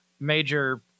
major